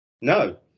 No